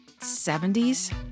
70s